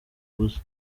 gusa